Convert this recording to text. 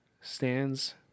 stands